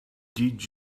did